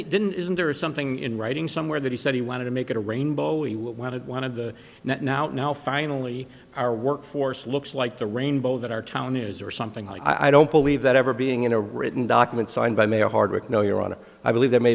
again he didn't isn't there is something in writing somewhere that he said he wanted to make it a rainbow he wanted one of the now and now finally our workforce looks like the rainbow that our town is or something like i don't believe that ever being in a written document signed by mayor hardwick no your honor i believe there may